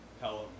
Hello